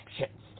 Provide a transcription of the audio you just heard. actions